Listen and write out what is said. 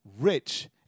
rich